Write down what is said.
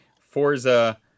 forza